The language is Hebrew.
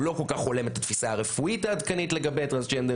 הוא לא כל כך הולם את התפיסה הרפואית העדכנית לגבי טרנסג'נדרים,